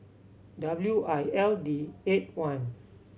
W I L D eight one